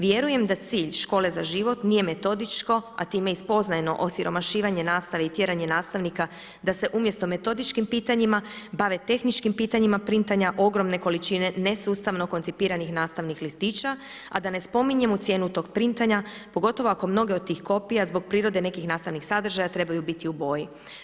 Vjerujem da cilj škole za život nije metodičko a time i spoznajno osiromašivanje nastave i tjeranje nastavnika da se umjesto metodičkim pitanjima bave tehničkim pitanjima printanja ogromne količine nesustavno koncipiranih listića a da ne spominjemo cijenu tog printanja pogotovo ako mnoge od tih kopija zbog prirode nekih nastavnih sadržaja treba biti u boji.